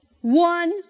One